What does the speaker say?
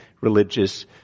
religious